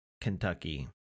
Kentucky